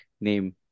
name